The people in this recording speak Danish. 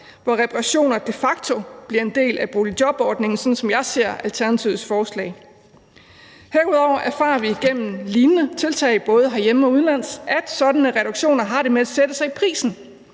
hvor reparationer de facto bliver en del af boligjobordningen, sådan som jeg ser Alternativets forslag. Herudover erfarer vi gennem lignende tiltag, både herhjemme og udenlands, at sådanne reduktioner har det med at sætte sig i prisen,